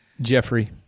Jeffrey